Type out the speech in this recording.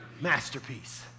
Masterpiece